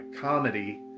comedy